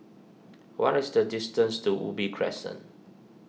what is the distance to Ubi Crescent